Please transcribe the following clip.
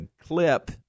clip –